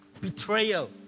Betrayal